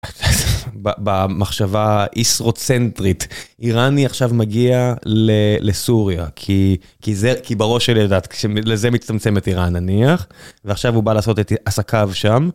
במחשבה איסרו-צנטרית איראני עכשיו מגיע לסוריה כי כי זה כי בראש שלדעת כשמ- לזה מצטמצמת איראן נניח, ועכשיו הוא בא לעשות את עסקיו שם.